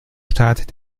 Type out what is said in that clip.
stadt